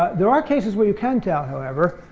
there are cases where you can tell, however,